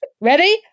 Ready